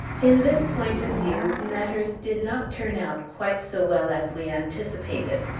in this point of view, matters did not turn out quite so well as we anticipated.